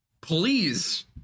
please